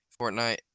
Fortnite